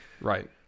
Right